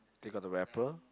they got the wrapper